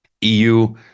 EU